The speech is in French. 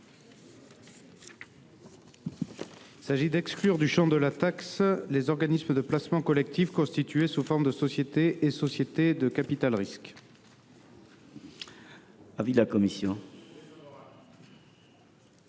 vise à exclure du champ de la taxe les organismes de placement collectif constitués sous forme de sociétés et de sociétés de capital risque. Quel est l’avis de la commission